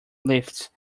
lifts